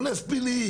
הוא נס פלאי.